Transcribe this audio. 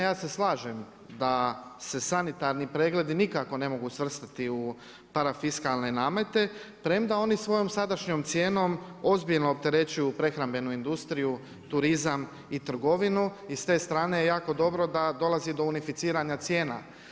Ja se slažem da se sanitarni pregledi nikako ne mogu svrstati u parafiskalne namete, premda oni svojom sadašnjom cijenom ozbiljno opterećuju prehrambenu industriju, turizam i trgovinu i s te strane je jako dobro da dolazi do unificiranja cijena.